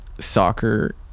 soccer